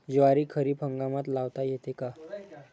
ज्वारी खरीप हंगामात लावता येते का?